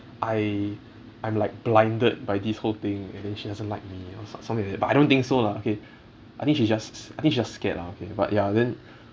I I'm like blinded by this whole thing and then she doesn't like me or some~ something like that but I don't think so lah okay I think she just I think she's just scared lah okay but ya then